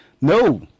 no